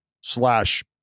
slash